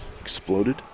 exploded